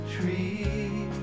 tree